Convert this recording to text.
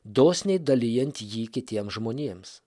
dosniai dalijant jį kitiem žmonėms